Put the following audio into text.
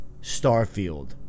starfield